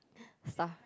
stuff